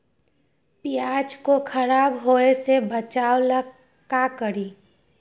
प्याज को खराब होय से बचाव ला का करी?